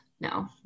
no